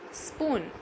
spoon